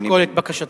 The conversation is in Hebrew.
נשקול את בקשתך.